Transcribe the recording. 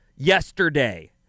Yesterday